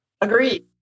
Agreed